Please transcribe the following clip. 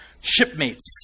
Shipmates